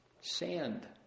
sand